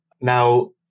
now